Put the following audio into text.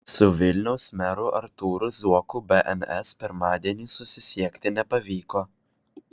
su vilniaus meru artūru zuoku bns pirmadienį susisiekti nepavyko